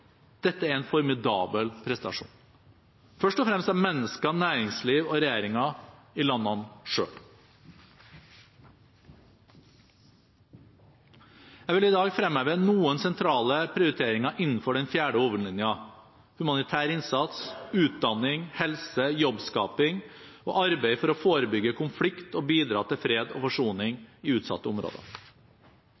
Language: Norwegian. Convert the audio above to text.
Dette er en formidabel prestasjon, først og fremst av mennesker, næringsliv og regjering i landene selv. Jeg vil i dag fremheve noen sentrale prioriteringer innenfor den fjerde hovedlinjen: humanitær innsats, utdanning, helse, jobbskaping og arbeid for å forebygge konflikt og bidra til fred og forsoning i utsatte områder.